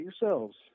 yourselves